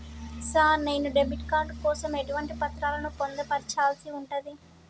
Sir నేను debit card కోసం ఎటువంటి పత్రాలను పొందుపర్చాల్సి ఉంటది?